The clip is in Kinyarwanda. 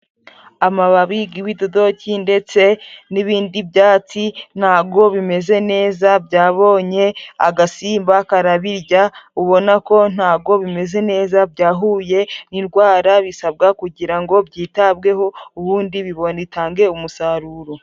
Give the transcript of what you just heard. Amababi g'ibidodoki ndetse n'ibindi byatsi nta go bimeze neza, byabonye agasimba karabirya ubona ko nta go bimeze neza byahuye n'indwara. Bisabwa kugira ngo byitabweho ubundi bibone bitange umusaruro.